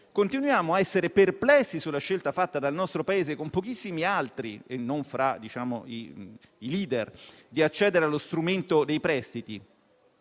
Continuiamo a essere perplessi sulla scelta fatta dal nostro Paese, con pochissimi altri e non fra i Paesi *leader*, di accedere allo strumento dei prestiti.